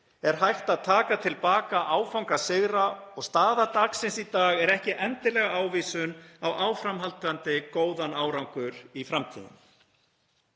er hægt að taka til baka áfangasigra og staða dagsins í dag er ekki endilega ávísun á áframhaldandi góðan árangur í framtíðinni.